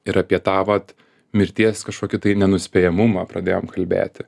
ir apie tą vat mirties kažkokį tai nenuspėjamumą pradėjom kalbėti